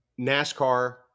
NASCAR